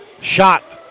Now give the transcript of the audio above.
Shot